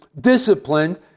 disciplined